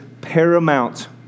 paramount